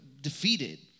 defeated